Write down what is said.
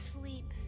sleep